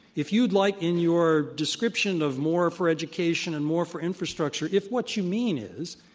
if you'd like, in your description of more for education and more for infrastructure, if what you mean is,